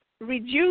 reduce